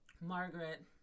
margaret